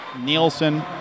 Nielsen